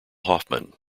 hoffman